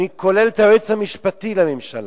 אני כולל את היועץ המשפטי לממשלה,